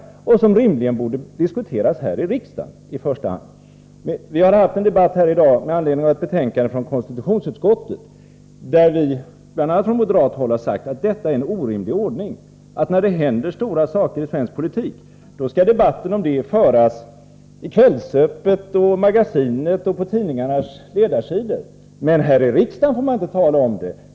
Rimligen borde detta i första hand diskuteras här i riksdagen. Vi har i dag haft en debatt med anledning av ett betänkande från konstitutionsutskottet. Från moderat håll har vi sagt att det är en orimlig ordning att debatten om en stor sak i svensk politik enbart skall föras i Kvällsöppet, i Magasinet och på tidningarnas ledarsidor — men här i riksdagen får man inte tala om det.